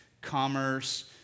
commerce